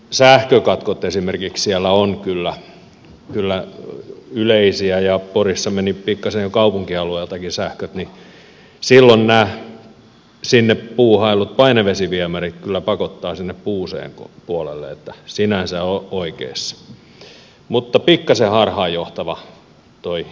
tosin esimerkiksi sähkökatkot siellä ovat kyllä yleisiä ja porissa meni pikkasen jo kaupunkialueeltakin sähköt niin että silloin nämä sinne puuhaillut painevesiviemärit kyllä pakottavat sinne puuseen puolelle niin että sinänsä olet oikeassa mutta pikkasen harhaanjohtava tuo keskustelunavaus